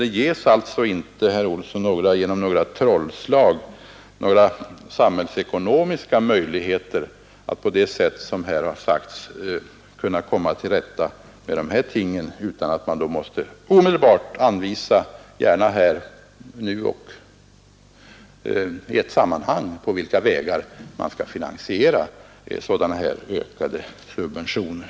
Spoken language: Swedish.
Det ges alltså inte, herr Olsson, genom några trollslag samhällsekonomiska möjligheter att på det sätt som här sagts komma till rätta med dessa ting. Man måste i stället omedelbart — gärna nu och i ett sammanhang — anvisa vägar för att finansiera sådana här ökade subventioner.